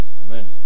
Amen